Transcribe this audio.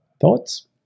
Thoughts